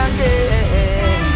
Again